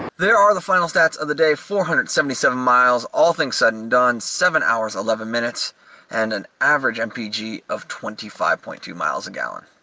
there are the final stats of the day, four hundred and seventy seven miles, all things said and done, seven hours, eleven minutes and an average mpg of twenty five point two miles a gallon.